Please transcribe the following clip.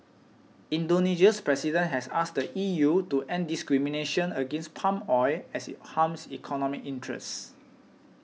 Indonesia's President has asked E U to end discrimination against palm oil as it harms economic interests